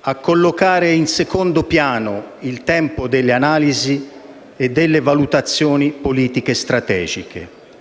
a collocare in secondo piano il tempo delle analisi e delle valutazioni politiche e strategiche.